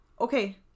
okay